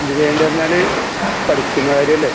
എന്താ ചെയ്യേണ്ടതെന്ന് പറഞ്ഞാൽ പഠിക്കുന്ന കാര്യം അല്ലേ